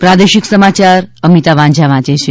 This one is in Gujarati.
પ્રાદેશિક સમાચાર અમિતા વાંઝા વાંચે છે